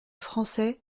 français